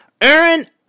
Aaron